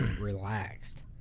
relaxed